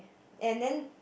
and then